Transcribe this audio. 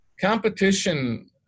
competition